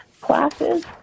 classes